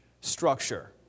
structure